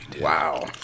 Wow